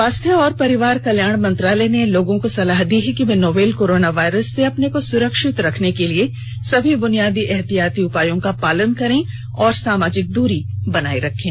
स्वास्थ्य और परिवार कल्याण मंत्रालय ने लोगों को सलाह दी है कि वे नोवल कोरोना वायरस से अपने को सुरक्षित रखने के लिए सभी बुनियादी एहतियाती उपायों का पालन करें और सामाजिक दूरी बनाए रखें